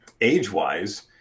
age-wise